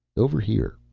over here.